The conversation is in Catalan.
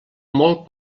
molt